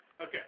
Okay